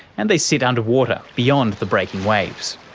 and they sit underwater beyond the breaking waves.